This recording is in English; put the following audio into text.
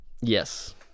yes